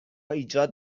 ایجاد